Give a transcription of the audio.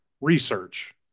research